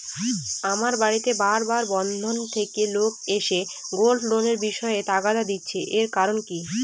আমার বাড়িতে বার বার বন্ধন ব্যাংক থেকে লোক এসে গোল্ড লোনের বিষয়ে তাগাদা দিচ্ছে এর কারণ কি?